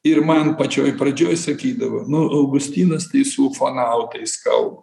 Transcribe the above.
ir man pačioj pradžioj sakydavo nu augustinas tai jis su ufonautais kalba